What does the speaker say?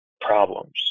problems